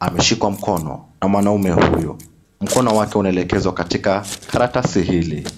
ameshikwa mkono na mwanaume huyo. Mkono wake unaelekezwa katika karatasi hili.